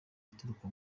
uturuka